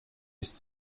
ist